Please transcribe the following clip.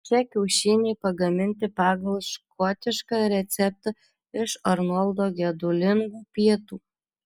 čia kiaušiniai pagaminti pagal škotišką receptą iš arnoldo gedulingų pietų